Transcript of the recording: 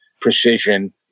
precision